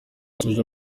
yasoje